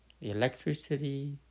electricity